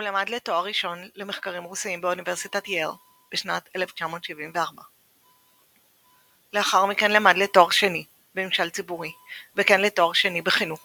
הוא למד לתואר ראשון למחקרים רוסיים באוניברסיטת ייל בשנת 1974. לאחר מכן למדל תואר שני בממשל ציבורי וכן לתואר שני בחינוך